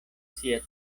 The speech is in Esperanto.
sia